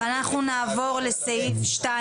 אנחנו נעבור לסעיף 2